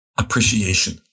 appreciation